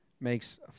makes